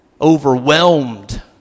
overwhelmed